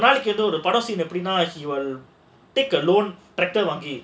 ஒருபட:oru pada scene எப்படின்னா:eppadinaa he will take a வாங்கி:vaangi